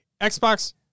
Xbox